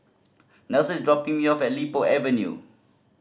Nelson is dropping me off at Li Po Avenue